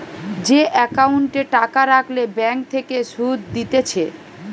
যে একাউন্টে টাকা রাখলে ব্যাঙ্ক থেকে সুধ দিতেছে